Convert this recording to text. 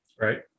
Right